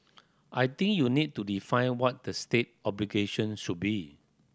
I think you need to define what the state obligation should be